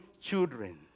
children